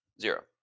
zero